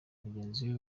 mugenzi